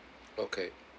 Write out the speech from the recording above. okay